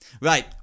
Right